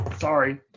Sorry